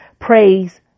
praise